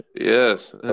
yes